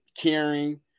caring